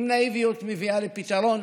אם נאיביות מביאה לפתרון,